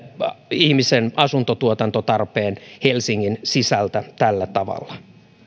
ihmisen asuntotuotantotarpeen helsingin sisältä tällä tavalla